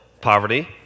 poverty